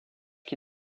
qui